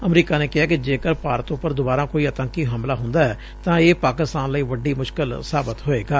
America ਨੇ ਕਿਹੈ ਕਿ ਜੇਕਰ ਭਾਰਤ ਉਪਰ ਦੁਬਾਰਾਂ ਕੋਈ ਆਤੰਕੀ ਹਮਲਾ ਹੁੰਦੈ ਤਾਂ ਇਹ ਪਾਕਿਸਤਾਨ ਲਈ ਵੱਡੀ ਮੁਸ਼ਕਲ ਸਾਬਤ ਹੋਏਗਾ